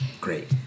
great